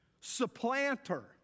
supplanter